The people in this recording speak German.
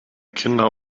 kinder